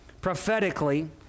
prophetically